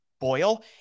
boil